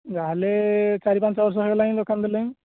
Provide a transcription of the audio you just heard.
ଯା ହେଲେ ଚାରି ପାଞ୍ଚ ବର୍ଷ ହୋଇଗଲାଣି ଦୋକାନ ଦେଲିଣି